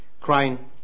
crying